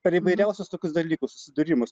per įvairiausius tokius dalykus susidūrimus